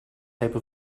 type